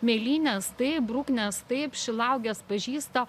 mėlynės taip bruknės taip šilauoges pažįsta